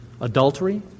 adultery